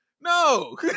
No